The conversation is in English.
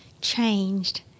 changed